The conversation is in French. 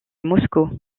moscou